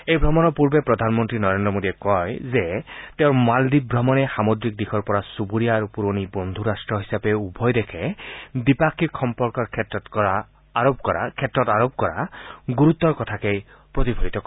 এই ভ্ৰমণৰ পূৰ্বে প্ৰধানমন্ত্ৰী নৰেদ্ৰ মোদীয়ে কয় যে তেওঁৰ মালদ্বীপ ভ্ৰমণ সামুদ্ৰিক দিশৰ পৰা চুবুৰীয়া ৰাট্ট আৰু পুৰণি বন্ধু হিচাপে উভয় দেশে দ্বিপাক্ষিক সম্পৰ্কৰ ক্ষেত্ৰত আৰোপ কৰা গুৰুত্বৰ কথাকে প্ৰতিফলিত কৰে